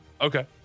Okay